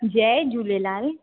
Jay Jhulelal